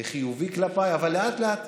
חיובי כלפיי, אבל לאט-לאט.